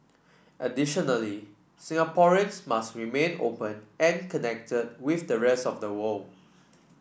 additionally Singaporeans must remain open and connected with the rest of the world